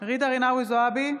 בהצבעה ג'ידא רינאוי זועבי,